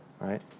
right